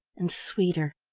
and sweeter,